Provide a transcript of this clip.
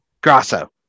grasso